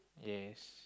yes